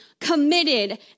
committed